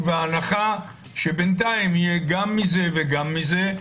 ובהנחה שבינתיים יהיה גם מזה וגם מזה,